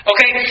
Okay